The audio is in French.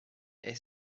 est